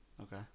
Okay